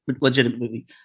legitimately